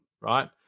right